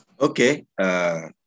Okay